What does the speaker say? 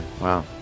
Wow